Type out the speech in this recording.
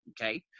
Okay